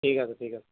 ঠিক আছে ঠিক আছে